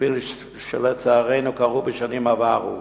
כפי שלצערנו קרה בשנים עברו.